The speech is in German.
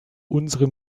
unsere